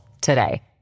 today